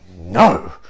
no